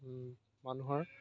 মানুহৰ